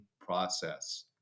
process